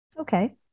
Okay